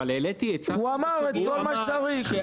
הוא אמר את כל מה שצריך.